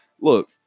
Look